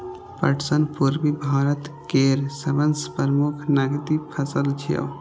पटसन पूर्वी भारत केर सबसं प्रमुख नकदी फसल छियै